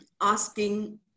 asking